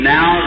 Now